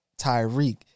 Tyreek